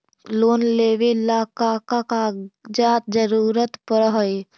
Loan लेवेला का का कागजात जरूरत पड़ हइ?